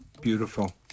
Beautiful